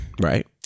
Right